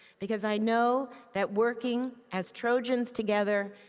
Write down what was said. because i know that working as trojans together,